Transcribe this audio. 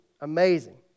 amazing